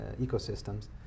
ecosystems